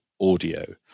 audio